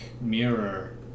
mirror